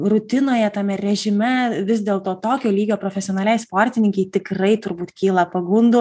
rutinoje tame režime vis dėlto tokio lygio profesionaliai sportininkei tikrai turbūt kyla pagundų